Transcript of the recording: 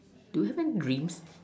do you have any dreams